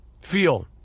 feel